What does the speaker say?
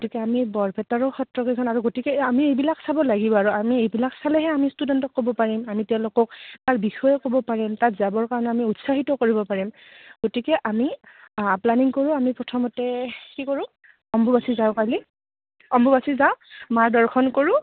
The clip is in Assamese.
গতিকে আমি বৰপেটাৰো সত্ৰকেইখন আৰু গতিকে আমি এইবিলাক চাব লাগিব আৰু আমি এইবিলাক চালেহে আমি ষ্টুডেণ্টক ক'ব পাৰিম আমি তেওঁলোকক তাৰ বিষয়ে ক'ব পাৰিম তাত যাবৰ কাৰণে আমি উৎসাহিত কৰিব পাৰিম গতিকে আমি প্লেনিং কৰোঁ আমি প্ৰথমতে কি কৰোঁ অম্বুবাচী যাওঁ কালি অম্বুবচী যাওঁ মাৰ দৰ্শন কৰোঁ